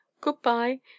goodbye